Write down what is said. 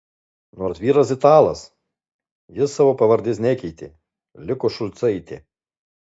nors vyras italas ji savo pavardės nekeitė liko šulcaitė